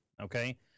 okay